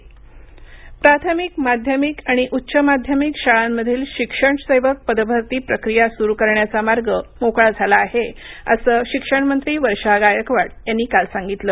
शिक्षणसेवक प्राथमिक माध्यमिक आणि उच्च माध्यमिक शाळांमधील शिक्षण सेवक पदभरती प्रक्रिया सुरू करण्याचा मार्ग मोकळा झाला आहे असं शिक्षणमंत्री वर्षा गायकवाड यांनी काल सांगितलं